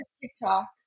TikTok